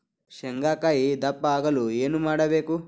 ಶೇಂಗಾಕಾಯಿ ದಪ್ಪ ಆಗಲು ಏನು ಮಾಡಬೇಕು?